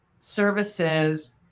services